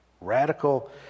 Radical